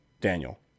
Daniel